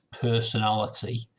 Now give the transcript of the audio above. personality